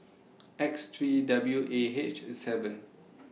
X three W A H seven